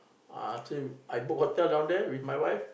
I ask him I book hotel down there with my wife